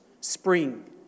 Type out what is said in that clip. spring